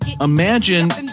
Imagine